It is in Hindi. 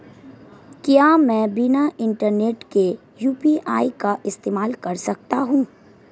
क्या मैं बिना इंटरनेट के यू.पी.आई का इस्तेमाल कर सकता हूं?